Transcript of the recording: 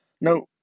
now